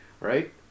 right